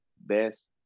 best